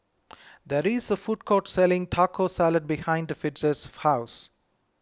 there is a food court selling Taco Salad behind Fritz's house